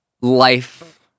life